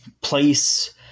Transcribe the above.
place